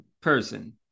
person